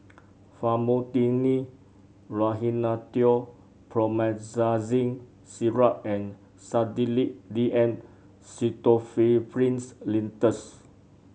Famotidine Rhinathiol Promethazine Syrup and Sedilix D M Pseudoephrine Linctus